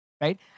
right